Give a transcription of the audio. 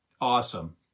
awesome